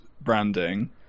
branding